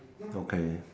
okay